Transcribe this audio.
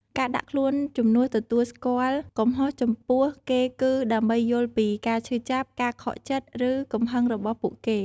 ការដាក់ខ្លួនជំនួសទទួលស្គាល់កំហុសចំពោះគេគឺ ដើម្បីយល់ពីការឈឺចាប់ ការខកចិត្ត ឬកំហឹងរបស់ពួកគេ។